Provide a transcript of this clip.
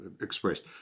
expressed